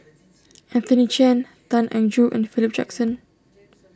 Anthony Chen Tan Eng Joo and Philip Jackson